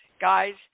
Guys